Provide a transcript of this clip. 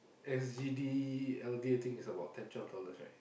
S_G_D L_D I think is about ten twelve dollars right